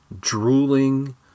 drooling